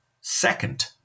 second